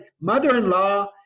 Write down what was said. mother-in-law